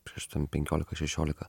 prieš ten penkiolika šešiolika